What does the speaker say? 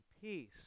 peace